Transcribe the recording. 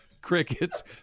crickets